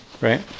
Right